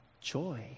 joy